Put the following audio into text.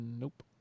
Nope